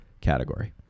category